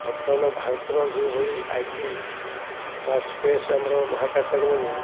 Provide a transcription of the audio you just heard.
ବର୍ତ୍ତମାନ ଭାରତର ଯେଉଁଭଳି ଆଇ ଟି ବା ସ୍ପେସ୍ ଆମର ମହାକାଶଚାରୀ ମାନେ